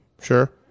Sure